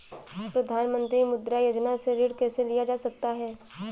प्रधानमंत्री मुद्रा योजना से ऋण कैसे लिया जा सकता है?